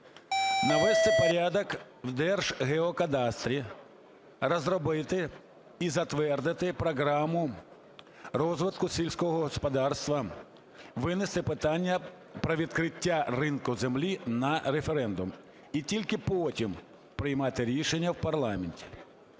Навести порядок в Держгеокадастрі. Розробити і затвердити програму розвитку сільського господарства. Винести питання про відкриття ринку землі на референдум. І тільки потім приймати рішення в парламенті.